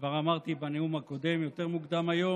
כבר אמרתי בנאום הקודם יותר מוקדם היום.